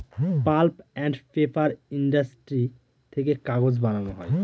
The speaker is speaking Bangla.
পাল্প আন্ড পেপার ইন্ডাস্ট্রি থেকে কাগজ বানানো হয়